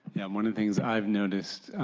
yeah one of the things i've noticed,